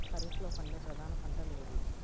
ఖరీఫ్లో పండే ప్రధాన పంటలు ఏవి?